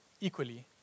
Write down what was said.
equally